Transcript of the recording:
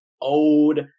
old